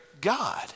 God